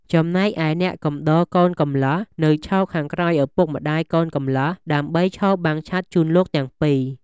ចំណែកឯអ្នកកំដរកូនកំលោះនៅឈរខាងក្រោយឪពុកម្តាយកូនកំលោះដើម្បីឈរបាំងឆ័ត្រជូនលោកទាំង២។